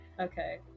Okay